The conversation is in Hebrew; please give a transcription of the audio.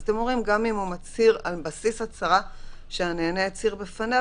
אתם אומרים: גם אם הוא מצהיר על בסיס הצהרה שהנהנה הצהיר בפניו,